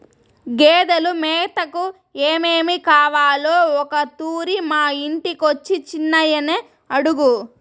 గేదెలు మేతకు ఏమేమి కావాలో ఒకతూరి మా ఇంటికొచ్చి చిన్నయని అడుగు